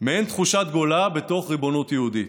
מעין תחושת גולה בתוך ריבונות יהודית.